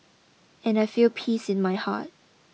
and I feel peace in my heart